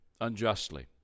unjustly